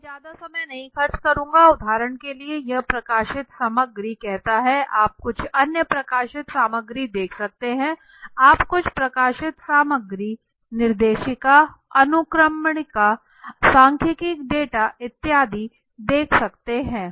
मैं ज्यादा समय नहीं खर्च करूंगा उदाहरण के लिए यह प्रकाशित सामग्री कहता है आप कुछ अन्य प्रकाशित सामग्री देख सकते हैं आप कुछ प्रकाशित सामग्री निर्देशिका अनुक्रमणिका सांख्यिकीय डेटा इत्यादि देख सकते हैं